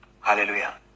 Hallelujah